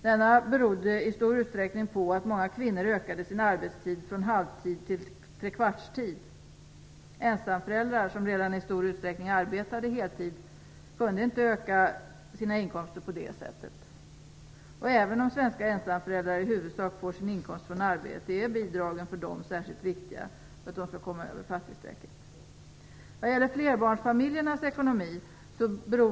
Denna berodde i stor utsträckning på att många kvinnor ökade sin arbetstid från halvtid till trekvartstid. Ensamföräldrar, som redan i stor utsträckning arbetade heltid, kunde inte öka sina inkomster på det sättet. Och även om svenska ensamföräldrar i huvudsak får sin inkomst från arbete är bidragen särskilt viktiga för dem för att de skall komma över fattigstrecket.